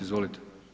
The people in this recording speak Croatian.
Izvolite.